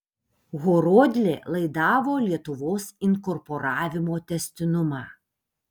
horodlė laidavo lietuvos inkorporavimo tęstinumą